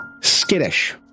skittish